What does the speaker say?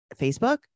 Facebook